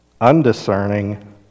undiscerning